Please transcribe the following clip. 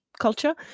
culture